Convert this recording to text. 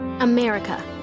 America